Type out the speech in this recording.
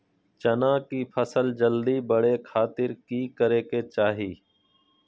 चना की फसल जल्दी बड़े खातिर की करे के चाही?